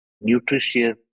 nutritious